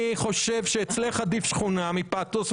אני חושב שאצלך עדיף שכונה מפאתוס,